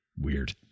Weird